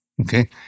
okay